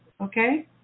Okay